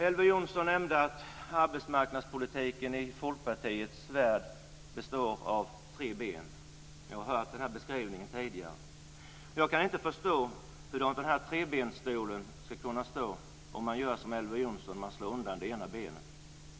Elver Jonsson nämnde att arbetsmarknadspolitiken i Folkpartiets värld består av tre ben. Jag har hört den beskrivningen tidigare. Men jag kan inte förstå hur den här trebensstolen ska kunna stå om man gör som Elver Jonsson och slår undan det ena benet.